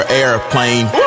airplane